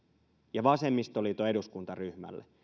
ja vasemmistoliiton eduskuntaryhmälle